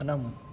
మనం